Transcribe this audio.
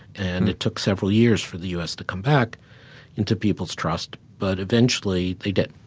and it took several years for the u s. to come back into people's trust, but eventually they did